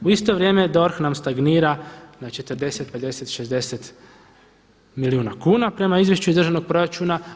U isto vrijeme DORH nam stagnira na 40, 50, 60 milijuna kuna prema izvješću iz državnog proračuna.